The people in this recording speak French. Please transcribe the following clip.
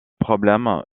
problème